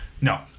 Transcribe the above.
No